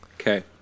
Okay